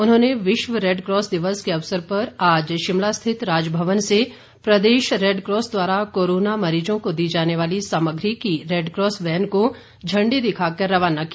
उन्होंने विश्व रेडक्रॉस दिवस के अवसर पर आज शिमला स्थित राजभवन से प्रदेश रेडक्रॉस द्वारा कोरोना मरीजों को दी जाने वाली सामग्री की रेडक्रॉस वैन को झंडी दिखाकर रवाना किया